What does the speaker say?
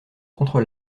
contre